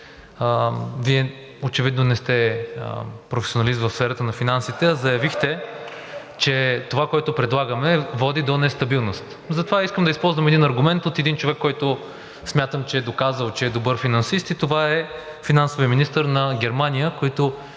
Вие очевидно не сте професионалист в сферата на финансите (смях от ГЕРБ-СДС), а заявихте, че това, което предлагаме, води до нестабилност. Затова искам да използвам един аргумент от един човек, който смятам, че е доказал, че е добър финансист, и това е финансовият министър на Германия.